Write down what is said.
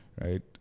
Right